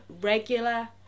regular